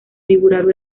figurado